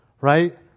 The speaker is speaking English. right